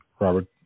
Robert